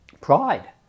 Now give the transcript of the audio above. Pride